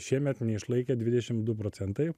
šiemet neišlaikė dvidešim du procentai